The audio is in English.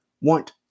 want